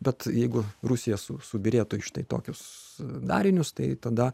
bet jeigu rusija su subyrėtų į štai tokius darinius tai tada